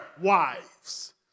wives